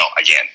again